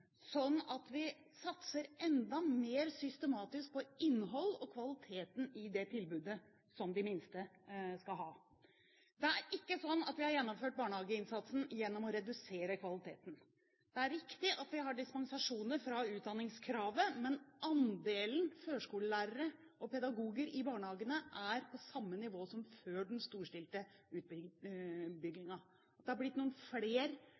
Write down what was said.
sånn at vi satser enda mer systematisk på innholdet og kvaliteten i det tilbudet som de minste skal ha. Det er ikke sånn at vi har gjennomført barnehageinnsatsen gjennom å redusere kvaliteten. Det er riktig at vi har dispensasjoner fra utdanningskravet, men andelen førskolelærere og pedagoger i barnehagene er på samme nivå som før den storstilte utbyggingen. At det har blitt noen